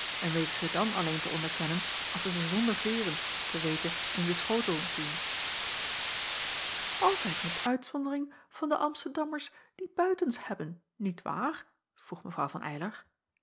en weten ze dan alleen te onderkennen als zij ze zonder veêren te weten in den schotel zien altijd met uitzondering van de amsterdammers die buitens hebben niet waar vroeg